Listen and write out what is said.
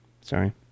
sorry